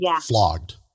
flogged